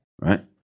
right